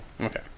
okay